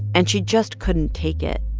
and she just couldn't take it.